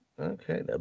okay